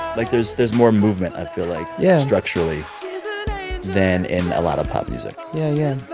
like, there's there's more movement, i feel like. yeah. structurally than in a lot of pop music yeah, yeah